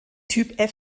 typ